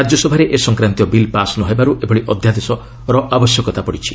ରାଜ୍ୟସଭାରେ ଏସଂକ୍ରାନ୍ତୀୟ bill pass ନ ହେବାରୁ ଏଭଳି ଅଧ୍ୟାଦେଶର ଆବଶ୍ୟକତା ପଡ଼ିଛି